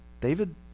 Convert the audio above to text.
David